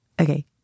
okay